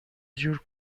جور